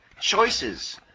choices